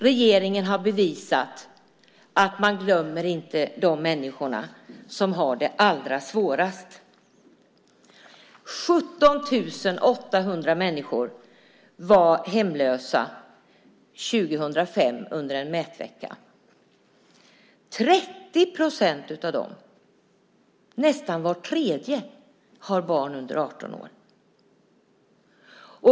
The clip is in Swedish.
Regeringen har bevisat att man inte glömmer de människor som har det allra svårast. 17 800 människor var hemlösa under en mätvecka år 2005. 30 procent av dem, nästan var tredje, har barn under 18 år.